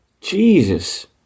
Jesus